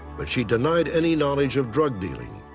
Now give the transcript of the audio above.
but she denied any knowledge of drug dealing.